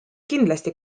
kindlasti